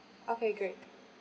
okay great